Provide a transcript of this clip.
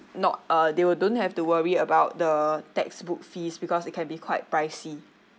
not uh they will don't have to worry about the textbook fees because it can be quite pricey